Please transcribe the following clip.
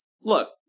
look